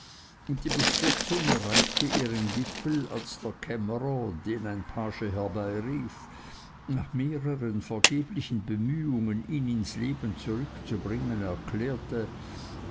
und die bestürzung erreichte ihren gipfel als der kämmerer den ein page herbeirief nach mehreren vergeblichen bemühungen ihn ins leben zurückzubringen erklärte